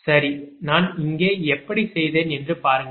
சரி நான் இங்கே எப்படி செய்தேன் என்று பாருங்கள்